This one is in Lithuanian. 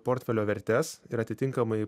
portfelio vertes ir atitinkamai